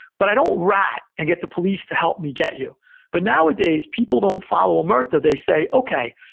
but i don't rat and get the police to help me get you but nowadays, people don't follow omerta. they say, okay,